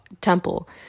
temple